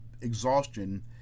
exhaustion